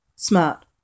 Smart